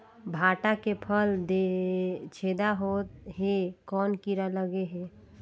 भांटा के फल छेदा होत हे कौन कीरा लगे हे?